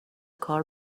کار